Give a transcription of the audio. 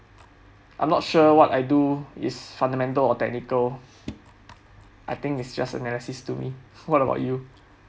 I'm not sure what I do is fundamental or technical I think is just analysis to me what about you